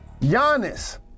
Giannis